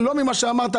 לא במערכות החד פעמיות.